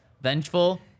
vengeful